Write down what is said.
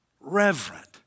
reverent